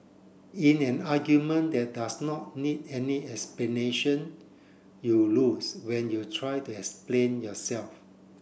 in an argument that does not need any explanation you lose when you try to explain yourself